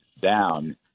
down